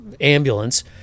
ambulance